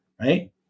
right